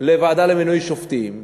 לוועדה למינוי שופטים,